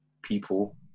people